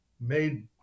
made